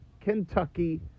Kentucky